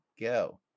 go